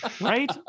Right